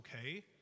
okay